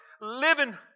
living